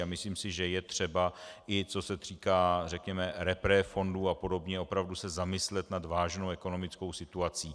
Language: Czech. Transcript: Myslím si, že je třeba, i co se týká řekněme reprefondů apod., se opravdu zamyslet nad vážnou ekonomickou situací.